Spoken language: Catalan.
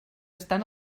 estan